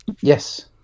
Yes